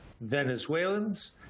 venezuelans